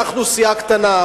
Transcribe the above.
אנחנו סיעה קטנה,